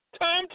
time